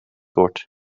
wordt